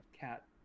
cat